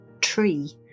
tree